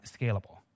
scalable